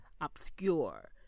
Obscure